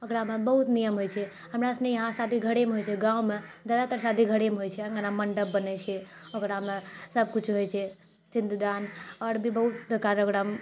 ओकरामे बहुत नियम होइत छै हमरासुनी यहाँ शादी घरेमे होइत छै गाँवमे जादातर शादी घरेमे होइत छै अँगनामे मण्डप बनैत छै ओकरामे सभकुछ होइत छै सिन्दूरदान आओर भी बहुत प्रकारर ओकरामे